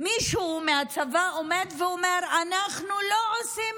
מישהו מהצבא עומד ואומר: אנחנו לא עושים